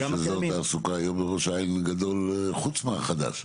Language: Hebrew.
יש אזור תעסוקה היום בראש העין גדול חוץ מהחדש.